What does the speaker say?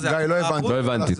לא הבנתי.